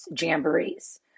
jamborees